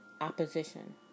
opposition